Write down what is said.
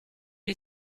les